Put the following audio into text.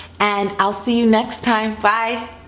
and i'll see you next time, bye.